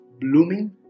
blooming